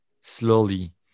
slowly